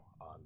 on